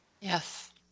Yes